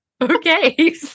okay